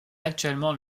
actuellement